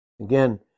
Again